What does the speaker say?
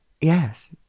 yes